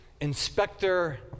Inspector